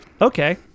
Okay